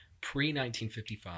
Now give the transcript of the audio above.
Pre-1955